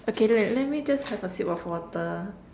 okay wait wait let me just have a sip of water